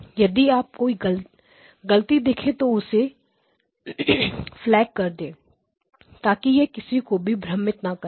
यदि आप कोई गलती देखें तो तो उसे फ्लैग कर दें ताकि यह किसी को भी भ्रमित ना करें